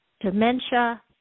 dementia